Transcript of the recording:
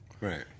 Right